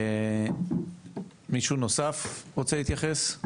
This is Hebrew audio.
מישהו נוסף רוצה להתייחס?